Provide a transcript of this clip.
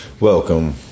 Welcome